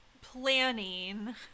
planning